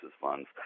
funds